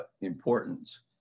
importance